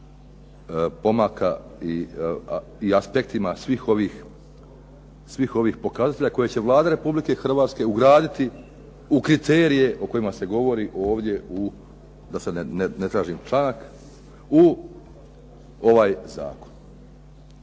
pomaka i aspektima svih ovih pokazatelja koje će Vlada RH ugraditi u kriterije o kojima se govori ovdje, da sad ne tražim članak, u ovaj zakon.